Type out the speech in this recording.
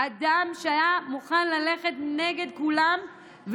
אדם שהיה מוכן ללכת נגד כולם,